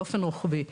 באופן רוחבי,